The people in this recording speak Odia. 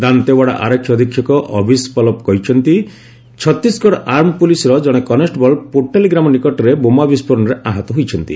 ଦାନ୍ତେୱାଡ଼ା ଆରକ୍ଷୀ ଅଧିକ୍ଷକ ଅଭିଷେକ ପଲ୍ଲଭ କହିଛନ୍ତି ଛତିଶଗଡ଼ ଆର୍ମଡ ପୁଲିସର ଜଣେ କନେଷ୍ଟବଳ ପୋଟାଲି ଗ୍ରାମ ନିକଟରେ ବୋମା ବିସ୍ଫୋରଣରେ ଆହତ ହୋଇଛନ୍ତି